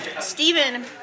Stephen